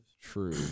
True